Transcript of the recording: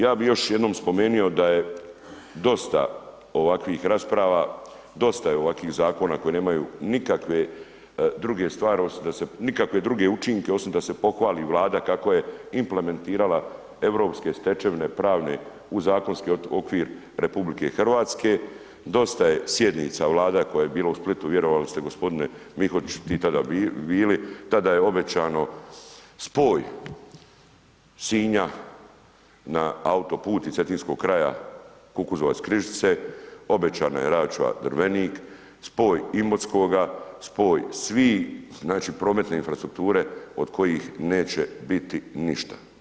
Ja bi još jednom spomenio da je dosta ovakvih rasprava, dosta je ovakvih zakona koji nemaju nikakve druge stvari osim da se, nikakve druge učinke osim da se pohvali Vlada kako je implementirala europske stečevine pravne u zakonski okvir RH, dosta je sjednica Vlada koja je bila u Splitu vjerovali ste gospodine Mikoć i tada bili, tada je obećano spoj Sinja na autoput i Cetinskog kraja Kukuzovac – Križice, obećano je račva Drvenik, spoj Imotskoga, spoj svih znači prometne infrastrukture od kojih neće biti ništa.